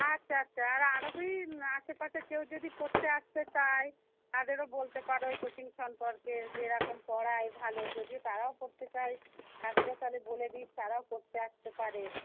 আচ্ছা আচ্ছা আর আরওকই আশেপাশে কেউ যদি পড়তে আসতে চায় তাদেরও বলতে পারো কোচিং সম্পর্কের যেরকম পড়ায় ভালো যদিও তারাও পড়তে চায় তাদেরও তাহলে বলে দিস তারাও পড়তে আসতে পারে